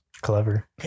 clever